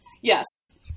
Yes